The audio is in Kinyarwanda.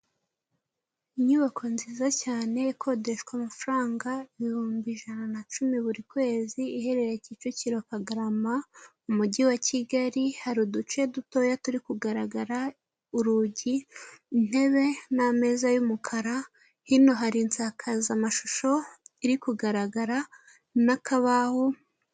Inyubako nziza cyane ikodeshwa amafaranga ibihumbi ijana na cumi buri kwezi, iherereye Kicukiro- Kagarama mu Mujyi wa Kigali, hari uduce dutoya turi kugaragara, urugi, intebe, n'ameza y'umukara, hino hari insakazamashusho iri kugaragara n'akabaho...